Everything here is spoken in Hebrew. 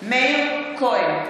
מאיר כהן,